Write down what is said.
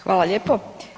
Hvala lijepo.